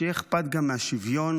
שיהיה אכפת גם מהשוויון